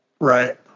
Right